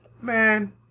man